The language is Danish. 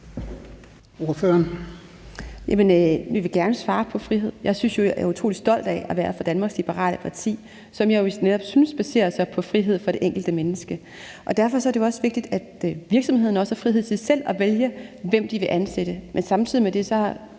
Vi vil gerne svare på spørgsmålet om frihed. Jeg er utrolig stolt af at være fra Danmarks Liberale Parti, som jeg jo netop synes baserer sig på frihed for det enkelte menneske. Derfor er det jo også vigtigt, at virksomhederne har frihed til selv at vælge, hvem de vil ansætte.